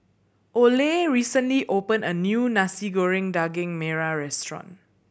Oley recently opened a new Nasi Goreng Daging Merah restaurant